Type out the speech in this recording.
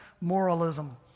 moralism